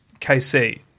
KC